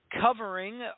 covering